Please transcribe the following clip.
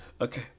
okay